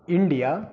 India